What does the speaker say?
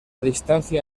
distancia